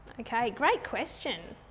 okay, great question.